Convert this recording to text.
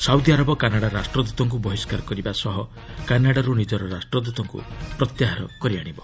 Saudi Arabia Canada ରାଷ୍ଟ୍ରଦୃତଙ୍କୁ ବହିଷ୍କାର କରିବା ସହ କାନାଡାରୁ ନିଜର ରାଷ୍ଟ୍ରଦତ୍କୁ ପ୍ରତ୍ୟାହାର କରି ଆଣିବ